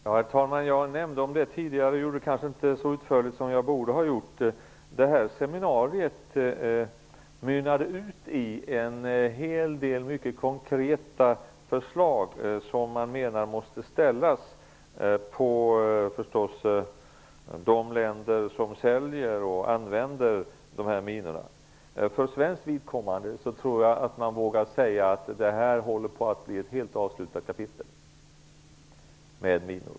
Herr talman! Jag tog upp detta tidigare, men jag kanske inte var så utförlig som jag borde ha varit. Seminariet mynnade ut i en hel del mycket konkreta förslag om krav som måste ställas på de länder som säljer och använder minor. Jag tror att jag för svenskt vidkommande vågar säga att minorna, som väl är, är på väg att bli ett helt avslutat kapitel.